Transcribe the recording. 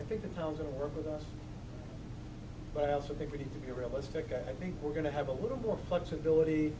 i think the time to work with us but i also think we need to be realistic and i think we're going to have a little more flexibility